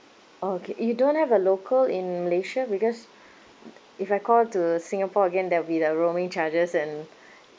oh okay you don't have a local in malaysia because if I call to singapore again there'll be the roaming charges and